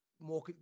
more